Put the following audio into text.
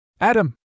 Adam